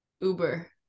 Uber